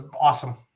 awesome